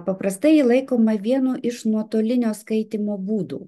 paprastai laikoma vienu iš nuotolinio skaitymo būdų